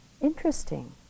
interesting